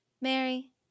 Mary